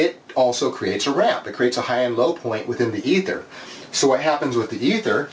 t also creates a rep it creates a high low point with it either so what happens with either